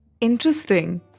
Interesting